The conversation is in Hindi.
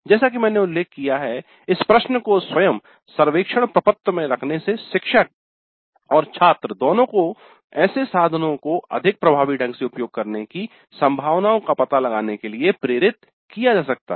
जैसा कि मैंने उल्लेख किया है इस प्रश्न को स्वयं सर्वेक्षण प्रपत्र में रखने से शिक्षक और छात्रों दोनों को ऐसे साधनों को अधिक प्रभावी ढंग से उपयोग करने की संभावनाओं का पता लगाने के लिए प्रेरित किया जा सकता है